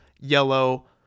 yellow